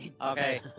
Okay